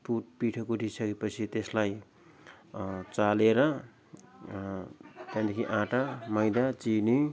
put पिठो कुटी सकेपछि त्यसलाई चालेर त्यहाँदेखि आटा मैदा चिनी